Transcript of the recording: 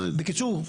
בקיצור,